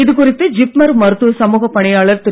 இது குறித்து ஜிப்மர் மருத்துவ சமூக பணியாளர் திரு